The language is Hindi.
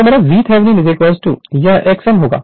तो मेरा VThevenin यह x m होगा